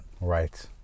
Right